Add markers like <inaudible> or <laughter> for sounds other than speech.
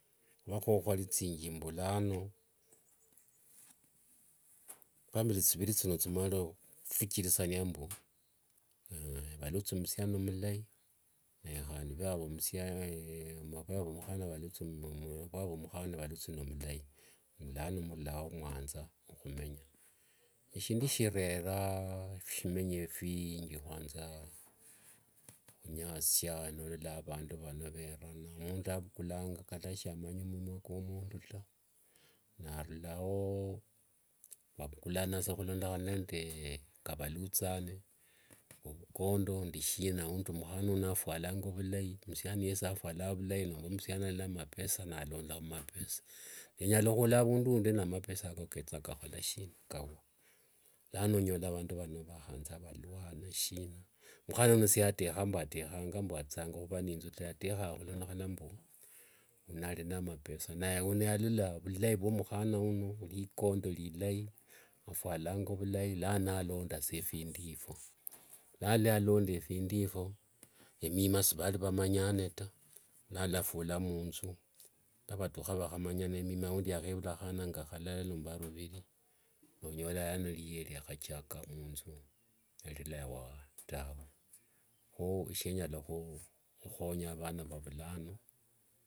Vakho khwalithinji mbulano famili thiviri thino thimarire khufukiriaania mbulano <hesitation> valuthi musiani mulai khandi <unintelligible> wavu mukhana valuthi ni mulai lano mululao mwanza khumenya ephindu phirera ephimenyo phingi khwanza khunyasia nolola avandu vano verabana mundu avukulanga kata shamanya mwima kwomundu taa narulao vavukulana saa khulondokhana nde valuthane, ovukondo nde shina aundi mukhana uno aphualanga vilai musiani yesi afualanga vulai nomba musiani ari na mapesa nalonda nalonda mumapesa, vinyala khula avundu undi ni mapesa ako ketha kawa lano onyola vandu vano vakhanza valuana shina, mukhana uno shiyatekha mbu ateshanga athia khuva neinzu tawe yatekhanga khulondokhana mbu uno ari na mapesa naye uno yalola vulai vwa mukhana uno rikondi rilai afualanga vulai lano nalonda saa phindu epho, emima sivari nivamanyane taa nano vola munnzu vakhatukha vakhevula mwana mulala nomba vaviri onyola lano riye riakhachaka munnzu erilawa tawe kho eshe nyala khukhonya avava va vulano.